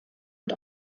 und